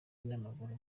n’amaguru